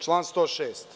Član 106.